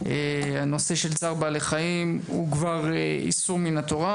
הנושא של צער בעלי חיים הוא כבר איסור מן התורה,